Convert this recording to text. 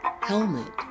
Helmet